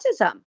autism